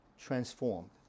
transformed